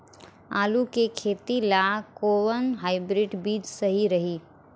आलू के खेती ला कोवन हाइब्रिड बीज सही रही?